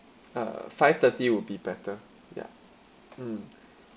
uh five thirty will be better ya mm